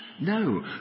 No